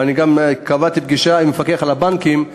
אני גם קבעתי פגישה עם המפקח על הבנקים,